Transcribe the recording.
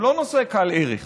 והוא לא נושא קל ערך.